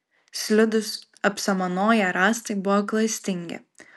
slidūs apsamanoję rąstai buvo klastingi